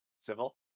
Civil